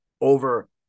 over